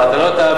אתה לא תאמין,